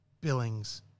Billings